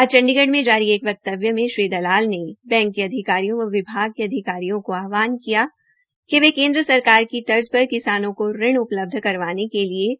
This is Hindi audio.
आज चंडीगढ़ में जारी एक वक्तव्य में श्री दलाल ने बैंक के अधिकारियों व विभाग के अधिकारियों को आहवान किया है कि वे केंद्र सरकार की तर्ज पर किसानों को ऋण उपलब्ध करवाने के लिए